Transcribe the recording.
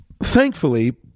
thankfully